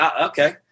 okay